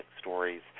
stories